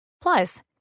Plus